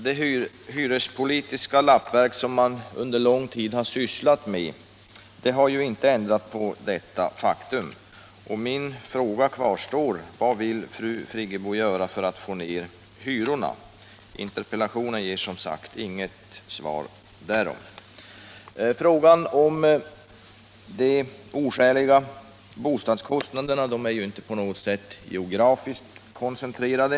Det hyrespolitiska lappverk man under lång tid har sysslat med ändrar inte detta faktum. Min fråga är: Vad vill fru Friggebo göra för att få ner hyrorna? Interpellationssvaret ger inget besked därom. De oskäliga bostadskostnaderna är inte geografiskt koncentrerade.